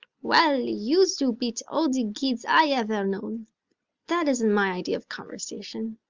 well, yous do beat all de kids i ever knowed that isn't my idea of conversation.